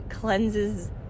cleanses